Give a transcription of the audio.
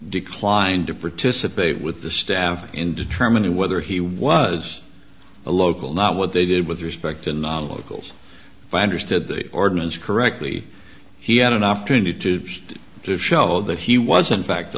declined to participate with the staff in determining whether he was a local not what they did with respect and locals if i understood the ordinance correctly he had an opportunity to show that he was in fact